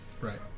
Right